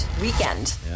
Weekend